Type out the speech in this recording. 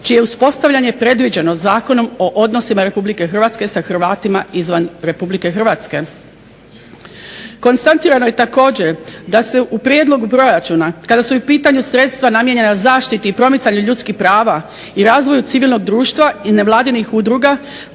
je uspostavljanje predviđeno Zakonom o odnosima Republike Hrvatske sa Hrvatima izvan Republike Hrvatske. Konstatirano je također da se u prijedlogu proračuna kad su u pitanju i sredstva namijenjena zaštiti i promicanju ljudskih prava i razvoj civilnog društva i nevladinih udruga